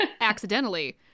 accidentally